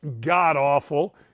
god-awful